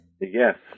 Yes